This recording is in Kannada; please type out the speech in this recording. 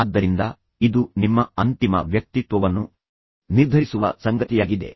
ಆದ್ದರಿಂದ ಇದು ನಿಮ್ಮ ಅಂತಿಮ ವ್ಯಕ್ತಿತ್ವವನ್ನು ನಿರ್ಧರಿಸುವ ಸಂಗತಿಯಾಗಿದೆ